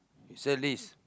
sell his